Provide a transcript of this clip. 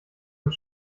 und